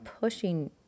pushing